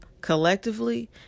collectively